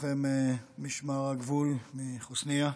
לוחם משמר הגבול מחוסנייה.